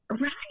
Right